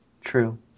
True